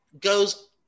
goes